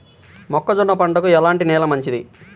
మొక్క జొన్న పంటకు ఎలాంటి నేల మంచిది?